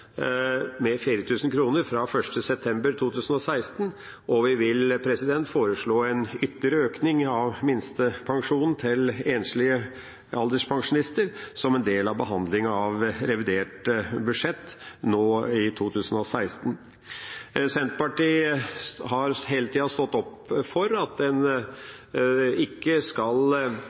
med 4 000 kr fra 1. september 2016, og vi vil foreslå en ytterligere økning av minstepensjonen til enslige alderspensjonister som en del av behandlinga av revidert budsjett nå i 2016. Senterpartiet har hele tida stått opp for at en ikke skal